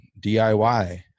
DIY